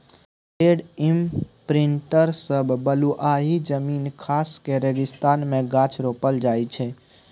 land imprinter सँ बलुआही जमीन खास कए रेगिस्तान मे गाछ रोपल जाइ छै